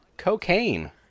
Cocaine